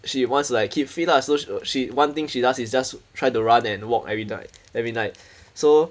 she wants to like keep fit lah so she she one thing she does is just try to run and walk every night every night so